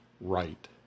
right